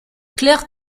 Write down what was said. clair